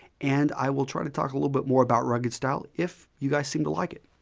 and i will try to talk a little bit more about rugged style if you guys seem to like it.